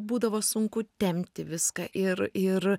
būdavo sunku tempti viską ir ir